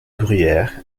bruyère